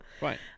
Right